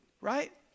right